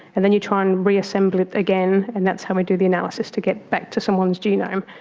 and then you try and reassemble it again and that's how we do the analysis to get back to someone's genome.